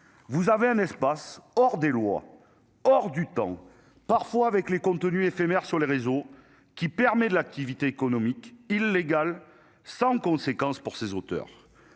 vous avez un espace hors des lois hors du temps parfois avec les contenus éphémères sur les réseaux qui permet de l'activité économique illégale sans conséquence pour ses auteurs,